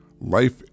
Life